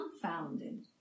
confounded